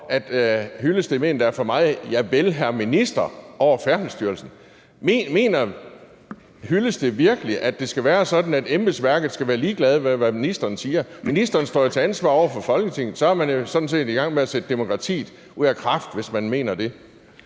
Hyllested mener, at der er for meget »Javel, hr. minister« over Færdselsstyrelsen. Mener Henning Hyllested virkelig, at det skal være sådan, at embedsværket skal være ligeglad med, hvad ministeren siger? Ministeren står jo til ansvar over for Folketinget. Så man er jo sådan set i gang med at sætte demokratiet ud af kraft, hvis man mener det.